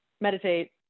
meditate